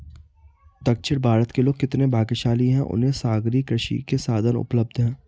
दक्षिण भारत के लोग कितने भाग्यशाली हैं, उन्हें सागरीय कृषि के साधन उपलब्ध हैं